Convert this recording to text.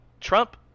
trump